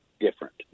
different